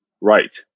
Right